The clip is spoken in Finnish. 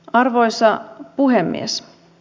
arvoisa puhemies